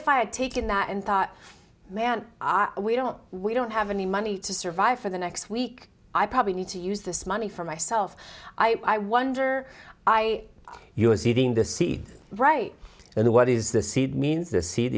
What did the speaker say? if i had taken that and thought man are we don't we don't have any money to survive for the next week i probably need to use this money for myself i wonder i use it in the seed right and what is the seed means the se